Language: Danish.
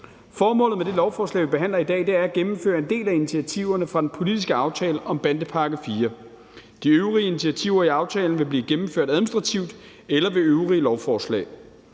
Formålet med det lovforslag, vi behandler i dag, er at gennemføre en del af initiativerne fra den politiske aftale om bandepakke IV. De øvrige initiativer i aftalen vil blive gennemført administrativt eller ved de øvrige lovforslag.